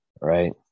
right